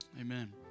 Amen